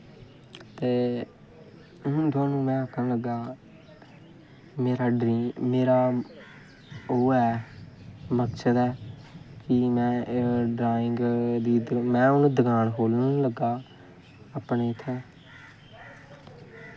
ते हून में तुआनूं आखन लगा मेरा ओह् ऐ मकसद ऐ ड्राइंग दी में होर दकान खोलन लगा अपने इत्थै